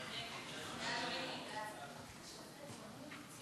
ההצעה להעביר את הצעת חוק חסינות